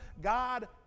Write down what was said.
God